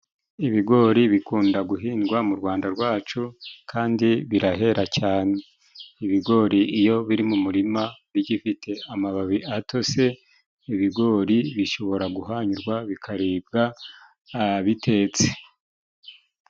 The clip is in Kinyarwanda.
Ibigori bikunda guhingwa mu Rwanda rwacu， kandi birahera cane. Ibigori iyo biri mu murima bigifite amababi atose， ibigori bishobora guhanyurwa bikaribwa bitetse.